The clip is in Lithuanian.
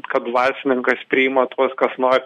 kad dvasininkas priima tuos kas no